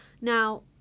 now